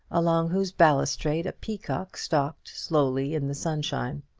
along whose balustrade a peacock stalked slowly in the sunshine.